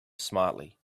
smartly